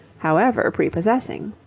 however prepossessing.